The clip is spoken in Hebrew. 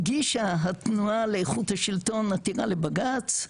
הגישה התנועה לאיכות השלטון עתירה הבג"צ,